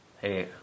Hey